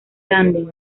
tándem